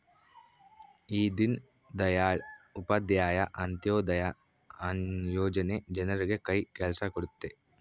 ಈ ದೀನ್ ದಯಾಳ್ ಉಪಾಧ್ಯಾಯ ಅಂತ್ಯೋದಯ ಯೋಜನೆ ಜನರಿಗೆ ಕೈ ಕೆಲ್ಸ ಕೊಡುತ್ತೆ